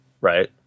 right